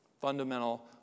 fundamental